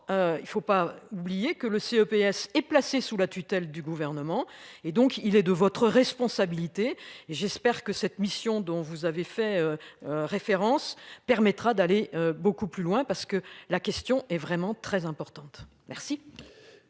Il ne faut pas oublier que le CE PS et placée sous la tutelle du gouvernement et donc il est de votre responsabilité et j'espère que cette mission dont vous avez fait. Référence permettra d'aller beaucoup plus loin parce que la question est vraiment très importante. Merci.